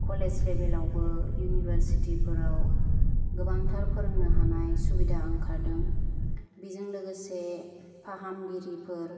college लेबेलावबो इउनिभारसिटिफोराव गोबांथार फोरोंनो हानाय सुबिदा ओंखारदों बिजों लोगोसे फाहामगिरिफोर